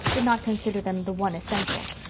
did not consider them the one essential.